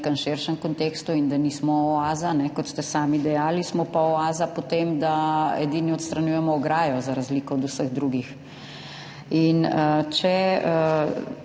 nekem širšem kontekstu in da nismo oaza, kot ste sami dejali, smo pa oaza po tem, da edini odstranjujemo ograjo, za razliko od vseh drugih.